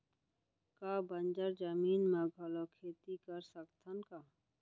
का बंजर जमीन म घलो खेती कर सकथन का?